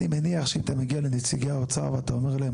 אני מניח שאם אתה מגיע לנציגי האוצר ואתה אומר להם